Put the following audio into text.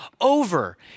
over